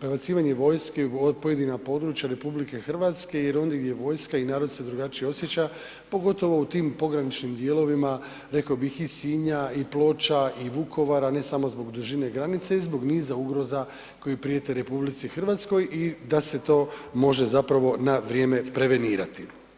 prebacivanje vojske u pojedina područja RH jer ondje gdje je vojska i narod se drugačije osjeća, pogotovo u tim pograničnim dijelovima, rekao bih i Sinja i Ploča i Vukovara, ne samo zbog dužine granice, i zbog niza ugroza koje prijete RH i da se to može zapravo na vrijeme i prevenirati.